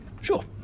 Sure